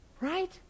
Right